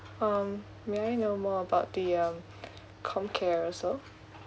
um may I know more about the um comcare also